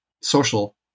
social